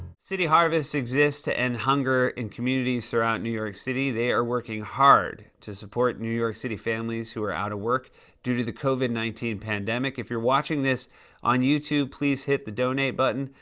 city harvest exists to end hunger in communities throughout new york city. they are working hard to support new york city families who are out of work due to the covid nineteen pandemic. if you're watching this on youtube, please hit the donate button.